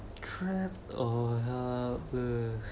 threat or